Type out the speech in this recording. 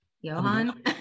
Johan